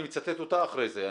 אני מצטט אותה אחרי זה.